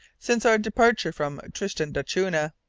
since our departure from tristan d'acunha!